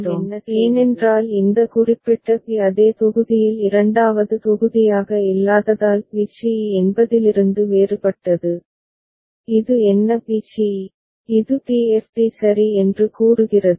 நாம் ஒரு பகிர்வை வைக்கிறோம் ஏனென்றால் இந்த குறிப்பிட்ட பி அதே தொகுதியில் இரண்டாவது தொகுதியாக இல்லாததால் பி சி இ என்பதிலிருந்து வேறுபட்டது இது என்ன பி சி இ இது டி எஃப் டி சரி என்று கூறுகிறது